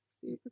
super